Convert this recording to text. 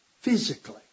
physically